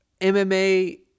MMA